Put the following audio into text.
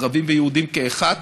ערביים ויהודיים כאחד.